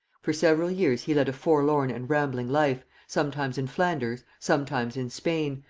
for several years he led a forlorn and rambling life, sometimes in flanders, sometimes in spain,